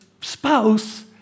spouse